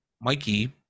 Mikey